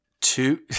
Two